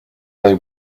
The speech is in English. they